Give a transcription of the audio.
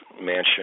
mansion